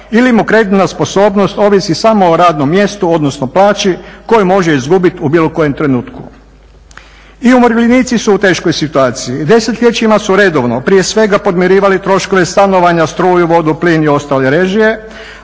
ili mu kreditna sposobnost ovisi samo o radnom mjestu, odnosno plaći koju može izgubiti u bilo kojem trenutku. I umirovljenici su u teškoj situaciji. Desetljećima su redovno prije svega podmirivali troškove stanovanja, struju, vodu, plin i ostale režije,